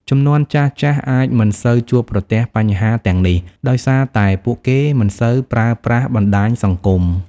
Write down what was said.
ជំនាន់ចាស់ៗអាចមិនសូវជួបប្រទះបញ្ហាទាំងនេះដោយសារតែពួកគេមិនសូវប្រើប្រាស់បណ្តាញសង្គម។